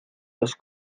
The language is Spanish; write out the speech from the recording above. los